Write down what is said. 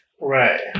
Right